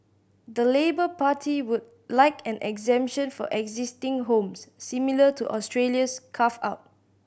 the Labour Party would like an exemption for existing homes similar to Australia's carve out